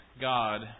God